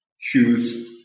shoes